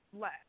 less